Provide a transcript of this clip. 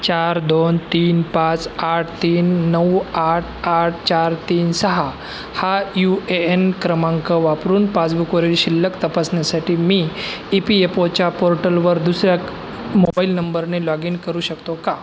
चार दोन तीन पाच आठ तीन नऊ आठ आठ चार तीन सहा हा यू ए एन क्रमांक वापरून पासबुकवरील शिल्लक तपासण्यासाठी मी ई पी एप ओच्या पोर्टलवर दुसर्या मोबाईल नंबरने लॉग इन करू शकतो का